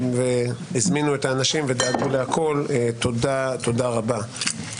הם הזמינו את האנשים ודאגו לכול, תודה, תודה רבה.